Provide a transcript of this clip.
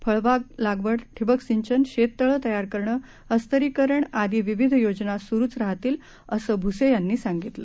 फळबाग लागवड ठिबक सिंचन शेततळं तयार करणं अस्तरीकरण आदी विविध योजना सुरूच राहतील असे भुसे यांनी सांगितलं